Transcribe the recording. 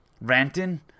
ranting